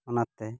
ᱚᱱᱟᱛᱮ